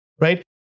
right